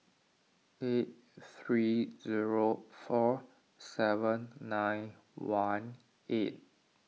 eight three zero four seven nine one eight